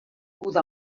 uda